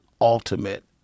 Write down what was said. ultimate